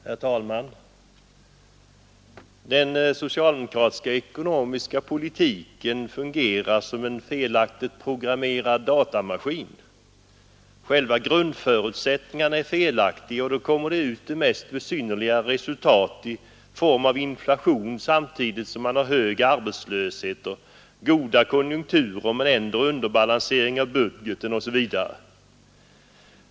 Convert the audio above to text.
Herr talman! Den socialdemokratiska ekonomiska politiken fungerar som en felaktigt programmerad datamaskin. Själva grundförutsättningen är felaktig, och det kommer ut de mest besynnerliga resultat i form av inflation men samtidigt hög arbetslöshet och goda konjunkturer, underbalansering av budgeten osv.